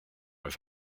with